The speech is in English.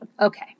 Okay